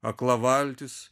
akla valtis